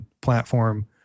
platform